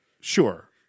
Sure